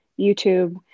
YouTube